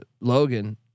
Logan